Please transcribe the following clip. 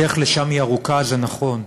הדרך לשם ארוכה, זה נכון,